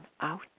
out